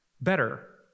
better